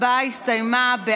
ההצבעה הסתיימה.